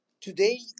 Today